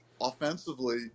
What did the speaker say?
offensively